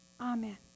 Amen